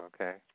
okay